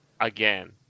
again